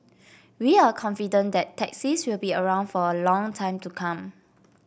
we are confident that taxis will be around for a long time to come